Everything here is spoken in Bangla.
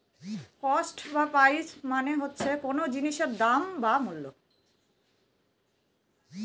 কস্ট বা প্রাইস মানে হচ্ছে কোন জিনিসের দাম বা মূল্য